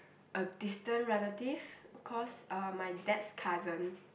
a distant relative of course uh my dad's cousin